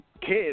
kids